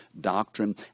doctrine